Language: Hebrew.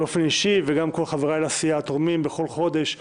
באופן אישי וגם כל חבריי לסיעה תורמים בכל חודש משכרנו.